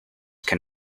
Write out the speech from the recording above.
can